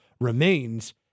remains